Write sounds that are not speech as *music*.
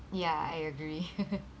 ya I agree *laughs*